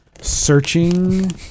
searching